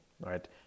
right